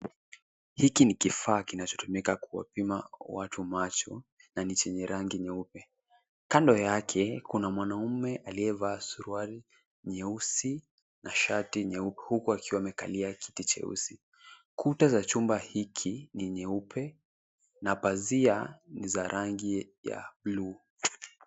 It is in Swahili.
Hiki ni kifaa kinachotumika kuwapima watu macho, na ni chenye rangi nyeupe. Kando yake, kuna mwanamume aliyevaa suruali nyeusi, na shati nyeupe, huku akiwa amekalia kiti cheusi. Kuta za chumba hiki, ni nyeupe, na pazia ni za rangi ya bluu.